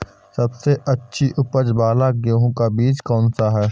सबसे अच्छी उपज वाला गेहूँ का बीज कौन सा है?